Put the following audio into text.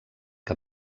que